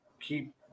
keep